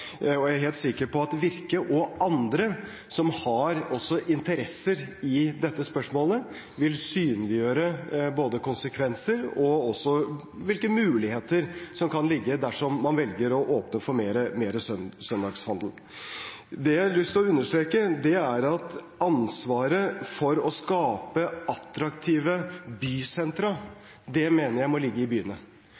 interesser i dette spørsmålet, vil synliggjøre både konsekvenser og hvilke muligheter som kan foreligge dersom man velger å åpne for mer søndagshandel. Det jeg har lyst til å understreke, er at ansvaret for å skape attraktive bysentra mener jeg må foreligge i byene.